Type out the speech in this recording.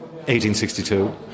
1862